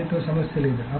దానితో సమస్య లేదు